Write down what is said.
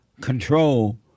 control